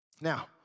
Now